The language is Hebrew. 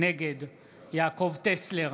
נגד יעקב טסלר,